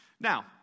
Now